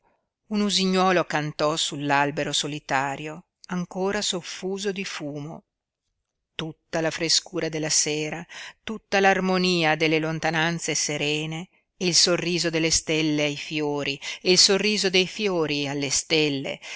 un usignuolo cantò sull'albero solitario ancora soffuso di fumo tutta la frescura della sera tutta l'armonia delle lontananze serene e il sorriso delle stelle ai fiori e il sorriso dei fiori alle stelle